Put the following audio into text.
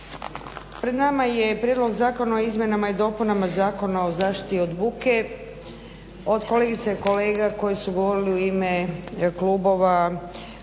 Pred nama je Prijedlog zakona o izmjenama i dopunama Zakona o zaštiti od buke. Od kolegica i kolega koji su govorili u ime klubova